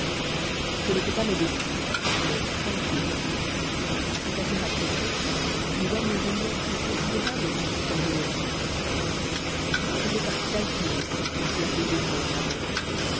ce n'était pas modestie mais calcul à s'effacer à propos on gagne un relief plus considérable quand on sort de l'ombre c'était par calcul aussi qu'il plaçait gévrol en avant